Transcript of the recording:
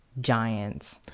giants